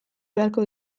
beharko